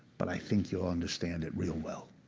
but i think you'll understand it real well.